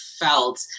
felt